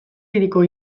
hiriko